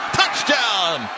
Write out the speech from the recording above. touchdown